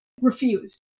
refused